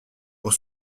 pour